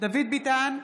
דוד ביטן,